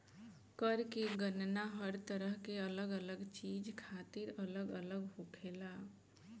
कर के गणना हर तरह के अलग अलग चीज खातिर अलग अलग होखेला